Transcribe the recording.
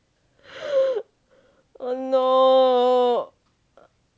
oh no